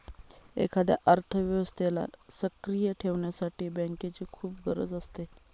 एखाद्या अर्थव्यवस्थेला सक्रिय ठेवण्यासाठी बँकेची खूप गरज असते